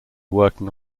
working